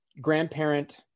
grandparent